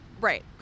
Right